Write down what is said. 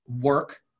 work